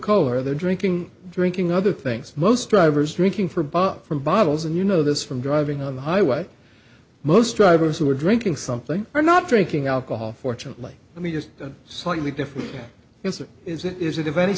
cola or they're drinking drinking other things most drivers drinking for buck from bottles and you know this from driving on the highway most drivers who are drinking something are not drinking alcohol fortunately i mean just slightly different yes it is it is a